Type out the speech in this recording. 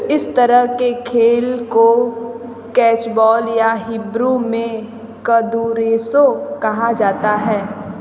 इस तरह के खेल को कैचबॉल या हिब्रू में कहा जाता है